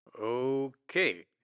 Okay